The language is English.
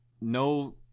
no